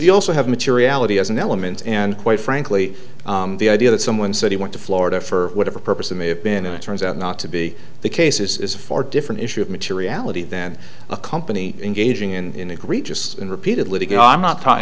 you also have materiality as an element and quite frankly the idea that someone said he went to florida for whatever purpose it may have been it turns out not to be the case is a far different issue of materiality than a company engaging in just repeatedly to get i'm not talking